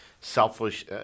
selfish –